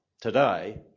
today